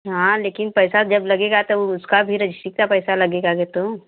हाँ लेकिन पैसा जब लगेगा तब उसका भी रजिश्टी का पैसा लगेगा आगे तो